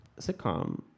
sitcom